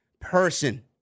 person